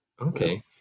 Okay